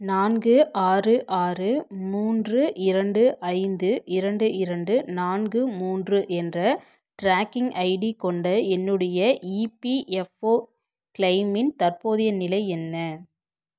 நான்கு ஆறு ஆறு மூன்று இரண்டு ஐந்து இரண்டு இரண்டு நான்கு மூன்று என்ற ட்ராக்கிங் ஐடி கொண்ட என்னுடைய இபிஎஃப்ஓ கிளெய்மின் தற்போதைய நிலை என்ன